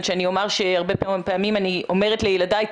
שאני אומר שהרבה פעמים אני אומרת לילדיי,